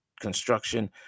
construction